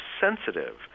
sensitive